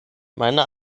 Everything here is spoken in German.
meiner